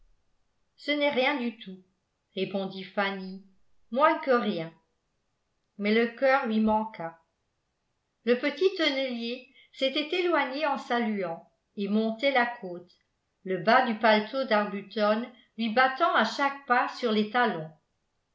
ce n'est rien du tout répondit fanny moins que rien mais le cœur lui manqua le petit tonnelier s'était éloigné en saluant et montait la côte le bas du paletot d'arbuton lui battant à chaque pas sur les talons